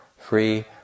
free